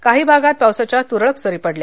काही भागात पावसाच्या तुरळक सरी पडल्या